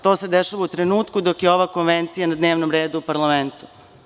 To se dešava u trenutku dok je ova konvencija na dnevnom redu u parlamentu.